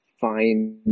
find